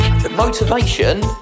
Motivation